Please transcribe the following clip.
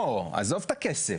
לא, עזוב את הכסף.